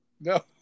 No